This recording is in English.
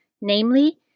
namely